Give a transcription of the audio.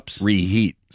reheat